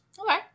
Okay